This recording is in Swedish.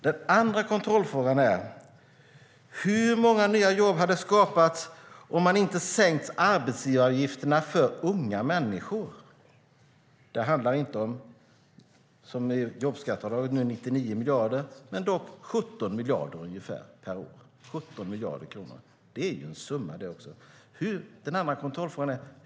Den andra kontrollfrågan är: Hur många nya jobb hade det skapats om man inte sänkt arbetsgivaravgifterna för unga människor? Det handlar inte, som med jobbskatteavdraget, om 99 miljarder men dock om ungefär 17 miljarder per år. 17 miljarder kronor är också en summa.